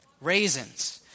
raisins